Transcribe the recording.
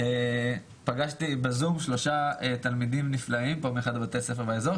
היה לפגוש בזום שלושה תלמידים נפלאים מאחד מבתי הספר באזור.